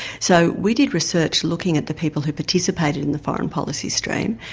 so we did research looking at the people who participated in the foreign policy stream.